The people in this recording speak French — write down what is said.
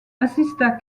assista